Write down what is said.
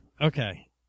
Okay